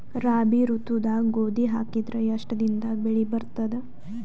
ರಾಬಿ ಋತುದಾಗ ಗೋಧಿ ಹಾಕಿದರ ಎಷ್ಟ ದಿನದಾಗ ಬೆಳಿ ಬರತದ?